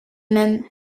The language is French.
même